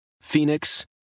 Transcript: phoenix